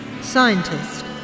Scientist